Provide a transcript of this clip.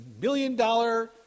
million-dollar